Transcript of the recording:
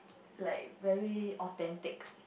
like very authentic